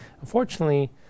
unfortunately